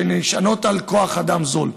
שנשענות על כוח אדם זול.